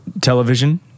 television